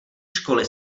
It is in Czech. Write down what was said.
školy